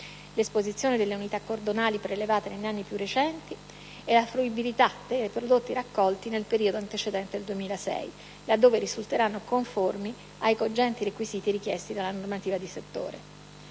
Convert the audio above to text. l'esposizione delle unità cordonali prelevate negli anni più recenti e la fruibilità dei prodotti raccolti nel periodo antecedente il 2006, laddove risulteranno conformi ai cogenti requisiti richiesti dalla normativa di settore.